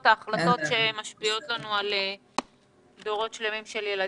ההחלטות שמשפיעות על דורות שלמים של ילדים.